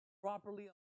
Properly